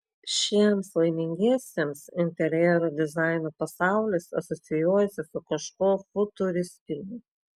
šiems laimingiesiems interjero dizaino pasaulis asocijuojasi su kažkuo futuristiniu